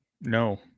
No